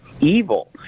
evil